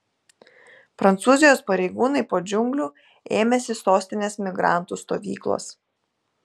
prancūzijos pareigūnai po džiunglių ėmėsi sostinės migrantų stovyklos